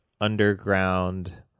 underground